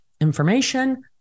information